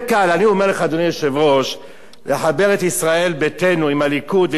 לחבר את ישראל ביתנו עם הליכוד ולקרוא לזה ישראל ביתנו,